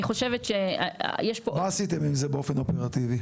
אני חושבת שיש פה --- מה עשיתם עם זה באופן אופרטיבי?